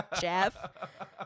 Jeff